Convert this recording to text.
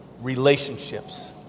Relationships